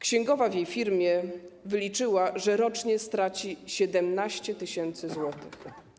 Księgowa w jej firmie wyliczyła, że rocznie straci 17 tys. zł.